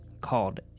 called